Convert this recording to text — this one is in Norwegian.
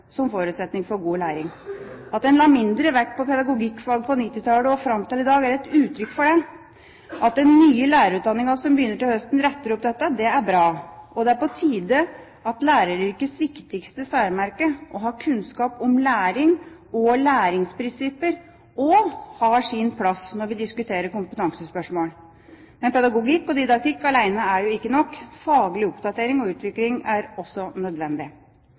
som forutsetning for god læring. At en har lagt mindre vekt på pedagogikkfaget fra 1990-tallet og fram til i dag, er et uttrykk for dette. At den nye lærerutdanningen som begynner til høsten, retter opp dette, er bra. Det er på tide at læreryrkets viktigste særmerke, å ha kunnskap om læring og læringsprinsipper, også har sin plass når vi diskuterer kompetansespørsmål. Men pedagogikk og didaktikk alene er ikke nok. Faglig oppdatering og utvikling er også nødvendig.